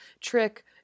trick